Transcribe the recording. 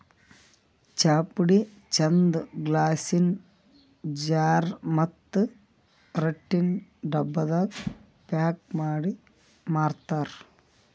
ಚಾಪುಡಿ ಚಂದ್ ಗ್ಲಾಸಿನ್ ಜಾರ್ ಮತ್ತ್ ರಟ್ಟಿನ್ ಡಬ್ಬಾದಾಗ್ ಪ್ಯಾಕ್ ಮಾಡಿ ಮಾರ್ತರ್